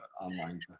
online